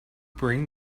bring